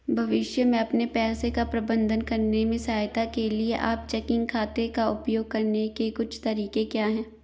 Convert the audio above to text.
भविष्य में अपने पैसे का प्रबंधन करने में सहायता के लिए आप चेकिंग खाते का उपयोग करने के कुछ तरीके क्या हैं?